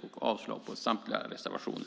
och avslag på samtliga reservationer.